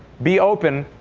be open,